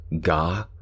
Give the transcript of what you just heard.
gah